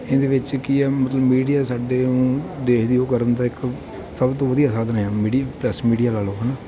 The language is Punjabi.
ਇਹਦੇ ਵਿੱਚ ਕੀ ਹੈ ਮਤਲਬ ਮੀਡੀਆ ਸਾਡੇ ਦੇਸ਼ ਦੀ ਉਹ ਕਰਨ ਤਾਂ ਇੱਕ ਸਭ ਤੋਂ ਵਧੀਆ ਸਾਧਨ ਆ ਮੀਡੀਆ ਪ੍ਰੈਸ ਮੀਡੀਆ ਲਾ ਲਓ ਹੈ ਨਾ